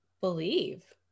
believe